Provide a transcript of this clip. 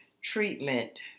treatment